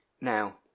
Now